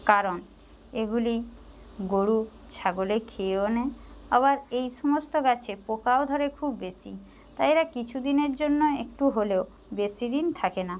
কারণ এগুলি গরু ছাগলে খেয়েও নেয় আবার এই সমস্ত গাছে পোকাও ধরে খুব বেশি তাই এরা কিছু দিনের জন্য একটু হলেও বেশি দিন থাকে না